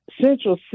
central